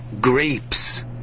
grapes